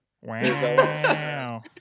Wow